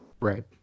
Right